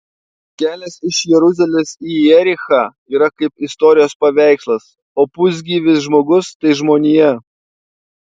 kelias iš jeruzalės į jerichą yra kaip istorijos paveikslas o pusgyvis žmogus tai žmonija